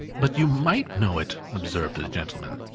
but you might know it, observed the gentleman.